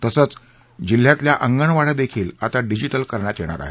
तसंच जिल्ह्यातील अंगणवाङ्यादेखील डिजिटल करण्यात येणार आहेत